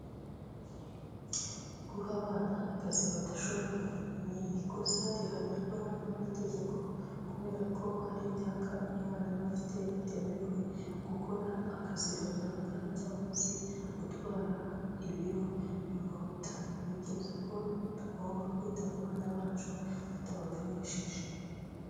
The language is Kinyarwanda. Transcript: Guha abana akazi badashoboye ni ikosa rihanirwa n'amategeko kubera ko hari imyaka umwana aba afite atemerewe gukora akazi runaka cyangwa se gutwara ibiro bimuruta, ni byiza ko tugomba kwita ku bana bacu tutabavunishije.